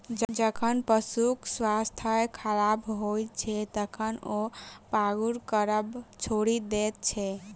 जखन पशुक स्वास्थ्य खराब होइत छै, तखन ओ पागुर करब छोड़ि दैत छै